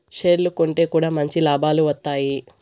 షేర్లు కొంటె కూడా మంచి లాభాలు వత్తాయి